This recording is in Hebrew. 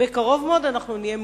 בקרוב מאוד נהיה מובלים,